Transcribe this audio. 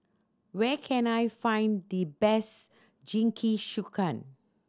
where can I find the best Jingisukan